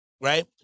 right